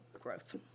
growth